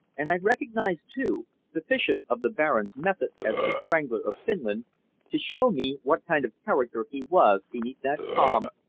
and i recognized, too, sufficient of the baron's methods as the strangler of finland to show me what kind of character he was beneath that calm,